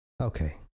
okay